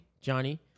Johnny